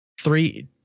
three